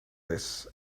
this